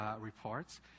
reports